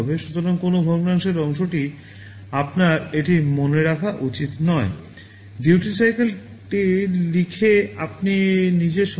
সুতরাং কোনও ভগ্নাংশের অংশটিকে আপনার এটি মনে রাখা উচিত নয়